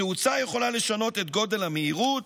התאוצה יכולה לשנות את גודל המהירות,